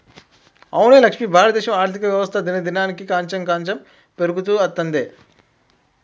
అవునే లక్ష్మి భారతదేశ ఆర్థిక వ్యవస్థ దినదినానికి కాంచెం కాంచెం పెరుగుతూ అత్తందే